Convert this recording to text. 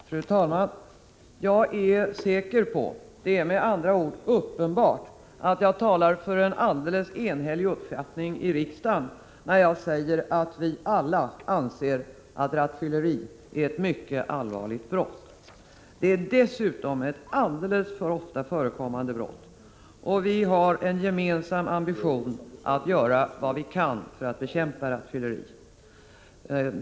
Fru talman! Jag är säker på — det är med andra ord uppenbart - att jag talar för en alldeles enhällig uppfattning här i riksdagen när jag säger att vi alla anser att rattfylleri är ett mycket allvarligt brott. Det är dessutom ett alldeles för ofta förekommande brott. Vi har en gemensam ambition att göra vad vi kan för att bekämpa rattfylleri.